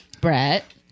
Brett